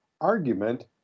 argument